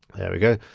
there we go,